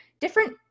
different